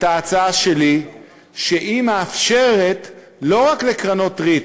ההצעה שלי שמאפשרת לא רק לקרנות ריט,